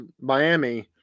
Miami